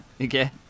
okay